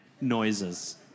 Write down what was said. noises